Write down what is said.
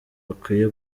bakwiye